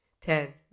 Ten